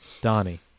Donnie